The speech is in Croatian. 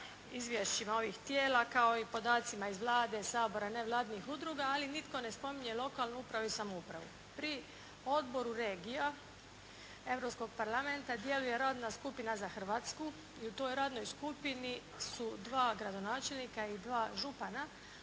izvješćima ovih tijela kao i podacima iz Vlade, Sabora, nevladinih udruga. Ali nitko ne spominje lokalnu upravu i samoupravu. Pri odboru regija Europskog parlamenta djeluje radna skupina za Hrvatsku i u toj radnoj skupini su dva gradonačelnika i dva župana,